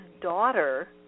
daughter